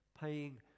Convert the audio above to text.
paying